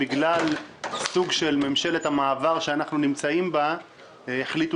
עקב ממשלת המעבר שתחתיה אנחנו נמצאים החליטו